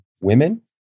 women